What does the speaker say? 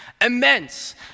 immense